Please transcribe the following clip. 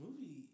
movie